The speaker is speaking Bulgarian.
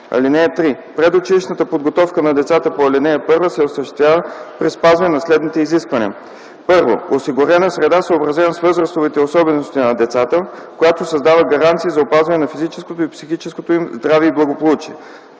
(3) Предучилищната подготовка на децата по ал. 1 се осъществява при спазване на следните изисквания: 1. осигурена среда, съобразена с възрастовите особености на децата, която създава гаранции за опазване на физическото и психическото им здраве и благополучие;